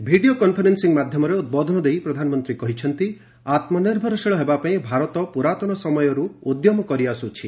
video conferencing ମାଧ୍ୟମରେ ଉଦ୍ବୋଧନ ଦେଇ ପ୍ରଧାନମନ୍ତ୍ରୀ କହିଛନ୍ତି ଆତ୍କନିର୍ଭରଶୀଳ ହେବା ପାଇଁ ଭାରତ ପୁରାତନ ସମୟରୁ ଉଦ୍ୟମ କରିଆସୁଛି